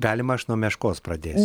galima aš nuo meškos pradėsiu